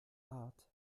art